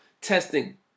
testing